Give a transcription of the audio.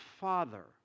Father